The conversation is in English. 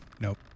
Nope